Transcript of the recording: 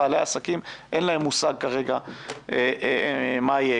לבעלי העסקים אין מושג כרגע מה יהיה.